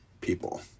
people